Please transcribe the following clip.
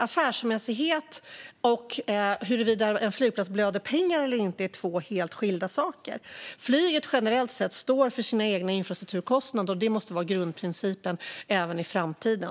Affärsmässighet och huruvida en flygplats blöder pengar eller inte är två helt skilda saker. Flyget står generellt sett för sina egna infrastrukturkostnader. Det måste vara grundprincipen även i framtiden.